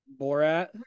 Borat